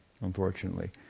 unfortunately